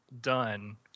done